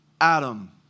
Adam